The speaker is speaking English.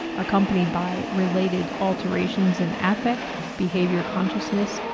accompanied by related alterations in affect, behavior, consciousness,